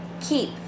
keep